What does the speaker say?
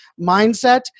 mindset